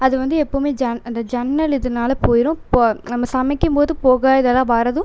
அது வந்து எப்போவுமே ஜன் அந்த ஜன்னலிதுனால போயிரும் பொ நம்ம சமைக்கும் போது புகை இதெல்லாம் வரதும்